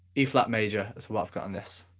e flat major, that's what i've got on this.